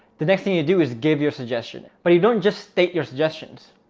the next thing you do is give your suggestion, but you don't just state your suggestions.